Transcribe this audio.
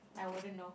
I wouldn't know